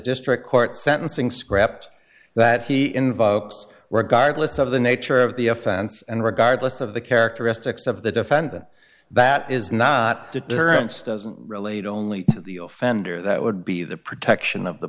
district court sentencing scrapped that he invokes regardless of the nature of the offense and regardless of the characteristics of the defendant that is not deterrence doesn't relate only the offender that would be the protection of the